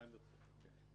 מה עמדתכם - כן.